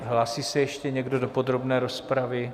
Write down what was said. Hlásí se ještě někdo do podrobné rozpravy?